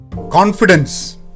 Confidence